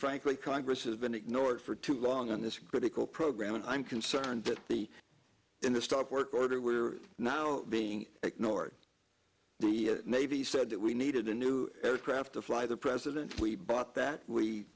frankly congress has been ignored for too long on this critical program and i'm concerned that the in the stop work order we are now being ignored the navy said that we needed a new aircraft to fly the president we bought that we